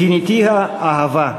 כיניתיה: אהבה.